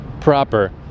proper